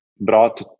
brought